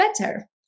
better